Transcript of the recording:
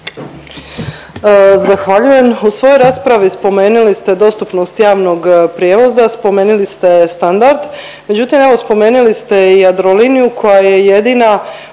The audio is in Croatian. Zahvaljujem. U svojoj raspravi spomenili ste dostupnost javnog prijevoza, spomenili ste standard, međutim evo spomenili ste i Jadroliniju koja je jedina